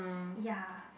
ya